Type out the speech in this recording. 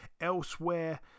Elsewhere